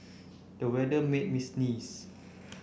the weather made me sneeze